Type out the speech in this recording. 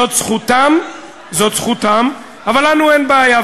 זאת זכותם, אבל לנו אין בעיה.